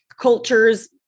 cultures